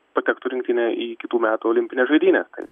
patektų rinktinė į kitų metų olimpines žaidynes tai